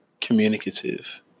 communicative